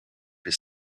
his